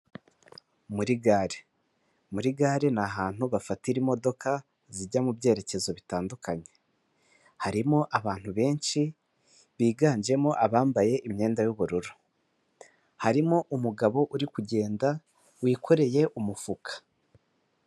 Muri gare; muri gare ni ahantu bafatira imodoka zijya mu byerekezo bitandukanye, harimo abantu benshi biganjemo abambaye imyenda y'ubururu, harimo umugabo uri kugenda wikoreye umufuka.